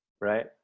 right